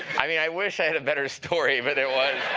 i mean, i wish i had a better story, but there was